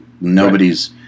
Nobody's